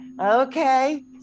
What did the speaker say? Okay